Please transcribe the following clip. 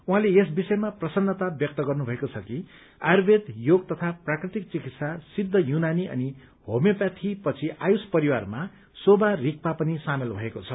उहाँले यस विषयमा प्रसन्नता व्यक्त गर्नुभएको छ कि आयुर्वेद योग तथा प्राकृतिक चिकित्सा सिद्ध यूनानी अनि होम्योप्याथी पछि आयुष परिवारमा सेवा रिगपा पनि सामेल भएको छ